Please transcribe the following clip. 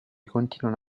continuano